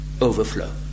overflow